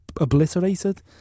obliterated